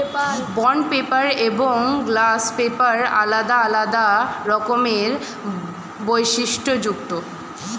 bond paper এবং gloss paper আলাদা আলাদা রকমের বৈশিষ্ট্যযুক্ত